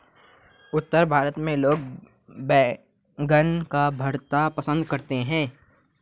उत्तर भारत में लोग बैंगन का भरता पंसद करते हैं